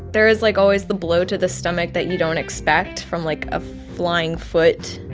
there is, like, always the blow to the stomach that you don't expect from, like, a flying foot.